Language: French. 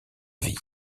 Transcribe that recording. vie